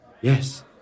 Yes